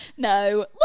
No